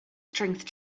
strength